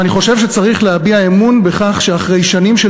ואני חושב שצריך להביע אמון בכך שאחרי שנים של